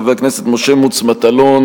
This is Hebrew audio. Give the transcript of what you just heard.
חבר הכנסת משה מטלון,